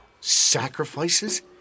Sacrifices